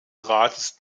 rates